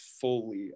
fully